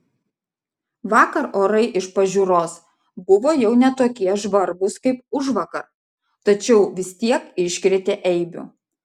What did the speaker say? vakar orai iš pažiūros buvo jau ne tokie žvarbūs kaip užvakar tačiau vis tiek iškrėtė eibių